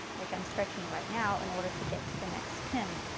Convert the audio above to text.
like i am stretching right now in order to get to the next pin.